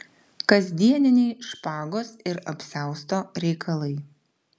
kasdieniniai špagos ir apsiausto reikalai